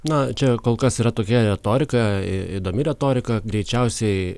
na čia kol kas yra tokia retorika įdomi retorika greičiausiai